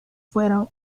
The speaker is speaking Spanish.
fueron